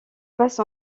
passe